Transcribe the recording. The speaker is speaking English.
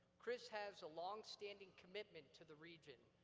chris has a longstanding commitment to the region,